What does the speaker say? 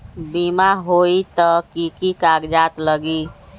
बिमा होई त कि की कागज़ात लगी?